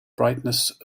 brightness